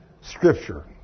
Scripture